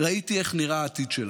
ראיתי איך נראה העתיד שלנו,